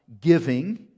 giving